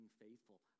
faithful